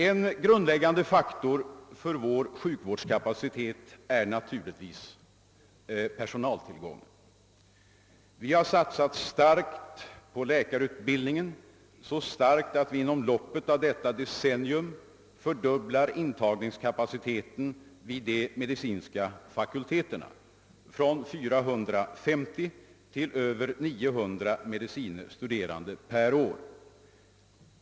En grundläggande faktor för sjuk vårdskapaciteten är naturligtvis personaltillgången. Vi har satsat starkt på läkarutbildningen, så starkt att vi inom loppet av detta decennium fördubblar intagningskapaciteten vid de medicinska fakulteterna, från 450 till över 900 medicine studerande per år.